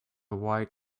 white